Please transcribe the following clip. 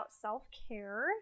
self-care